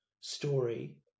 story